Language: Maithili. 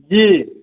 जी